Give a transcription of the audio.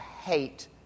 hate